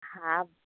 हा